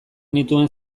nituen